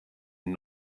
and